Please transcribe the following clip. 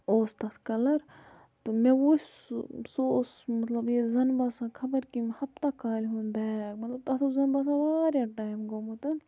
اوس تَتھ کَلَر تہٕ مےٚ وُچھ سُہ سُہ اوس مطلب یہِ زَن باسان خبر کٔمۍ ہَفتا کالہِ ہُنٛد بیگ مطلب تَتھ اوس زَن باسان واریاہ ٹایم گوٚمُت